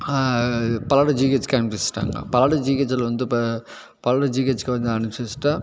பல்லடம் ஜிஹச்சிக்கு அனுப்பி வைச்சுட்டாங்கலாம் பல்லடம் ஜிஹச்சியில் வந்து இப்போ பல்லடம் ஜிஹச்சிக்கு வந்து அனுப்பிச்சி வச்சுட்டா